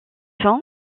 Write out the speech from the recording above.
fin